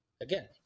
again